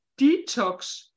detox